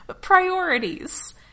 Priorities